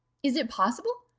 is it possible?